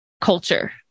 culture